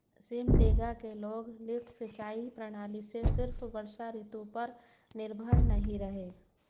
सिमडेगा के लोग लिफ्ट सिंचाई प्रणाली से सिर्फ वर्षा ऋतु पर निर्भर नहीं रहे